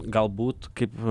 galbūt kaip